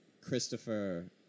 Christopher